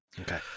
Okay